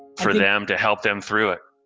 for them to help them through it.